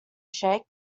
shake